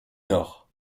nord